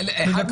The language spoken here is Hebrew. בבקשה, אדוני.